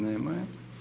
Nema je.